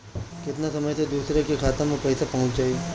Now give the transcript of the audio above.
केतना समय मं दूसरे के खाता मे पईसा पहुंच जाई?